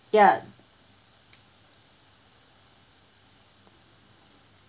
ya